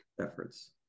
efforts